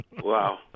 Wow